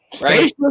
Right